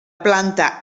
planta